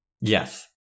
Yes